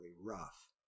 rough